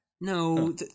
No